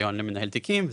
רישיון למנהל תיקים.